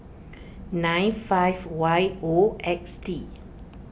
nine five Y O X T